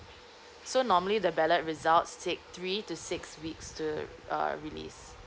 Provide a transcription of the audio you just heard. so normally the ballot results take three to six weeks to uh release